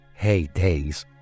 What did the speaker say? heydays